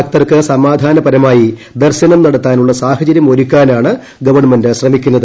ഭക്തർക്ക് സമാധാനപരമായി ദർശനം നടത്താനുളള സാഹചര്യം ഒരുക്കാനാണ് ഗവണ്മെന്റ് ശ്രമിക്കുന്നത്